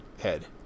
head